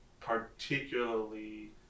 particularly